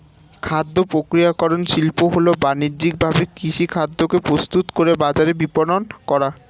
খাদ্যপ্রক্রিয়াকরণ শিল্প হল বানিজ্যিকভাবে কৃষিখাদ্যকে প্রস্তুত করে বাজারে বিপণন করা